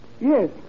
yes